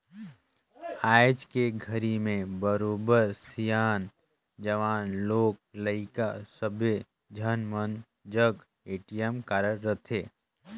आयज के घरी में बरोबर सियान, जवान, लोग लइका सब्बे झन मन जघा ए.टी.एम कारड रथे